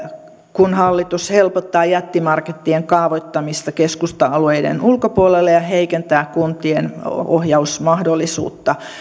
kun hallitus helpottaa jättimarkettien kaavoittamista keskusta alueiden ulkopuolelle ja heikentää kuntien ohjausmahdollisuutta